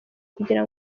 kugira